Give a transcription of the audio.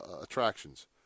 attractions